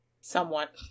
somewhat